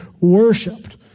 worshipped